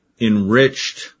Enriched